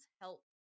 help